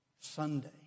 Sunday